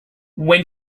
when